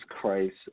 Christ